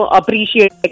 appreciate